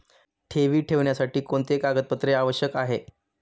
ठेवी ठेवण्यासाठी कोणते कागदपत्रे आवश्यक आहे?